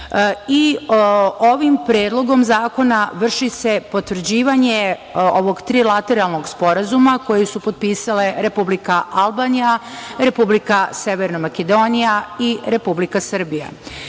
Ovim predlogom zakona vrši se potvrđivanje ovog trilateralnog sporazuma koji su potpisale Republika Albanija, Republika Severna Makedonija i Republika Srbija.